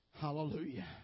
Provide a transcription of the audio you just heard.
Hallelujah